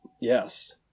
Yes